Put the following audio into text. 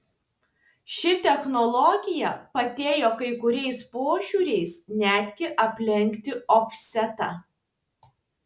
ši technologija padėjo kai kuriais požiūriais netgi aplenkti ofsetą